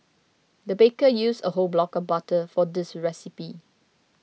the baker used a whole block of butter for this recipe